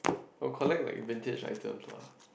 I'll collect like vintage item lah